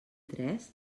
tres